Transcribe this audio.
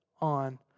on